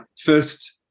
first